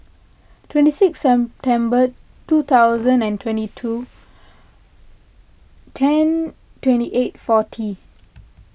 twenty sixth September two thousand and twenty two ten twenty eight forty